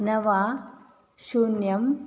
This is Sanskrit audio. नव शून्यं